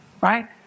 Right